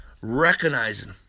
recognizing